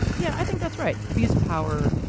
yeah, i think that's right. abuse of power,